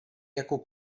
jako